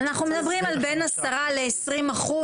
אנחנו מדברים על העלאה של בין עשרה לעשרים אחוז.